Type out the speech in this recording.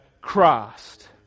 Christ